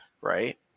right